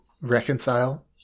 reconcile